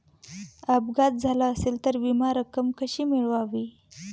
अपघात झाला असेल तर विमा रक्कम कशी मिळवावी?